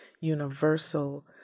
universal